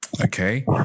Okay